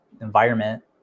environment